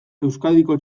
euskadiko